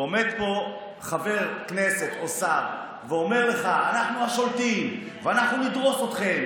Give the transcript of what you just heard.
ועומד פה חבר כנסת או שר ואומר לך: אנחנו השולטים ואנחנו נדרוס אתכם,